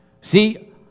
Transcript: See